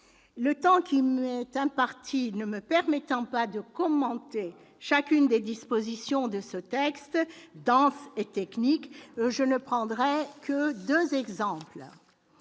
Le temps qui m'est imparti ne me permettant pas de commenter chacune des dispositions de ce projet de loi dense et technique, je ne prendrai que deux exemples.